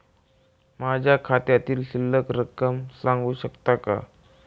माझ्या खात्यातील शिल्लक रक्कम सांगू शकता का?